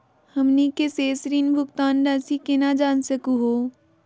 हमनी के शेष ऋण भुगतान रासी केना जान सकू हो?